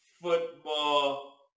football